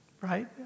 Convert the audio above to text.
right